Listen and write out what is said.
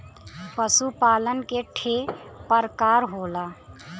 पशु पालन के ठे परकार होला